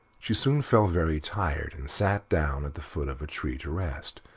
she soon felt very tired and sat down at the foot of a tree to rest,